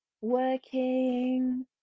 working